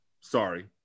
Sorry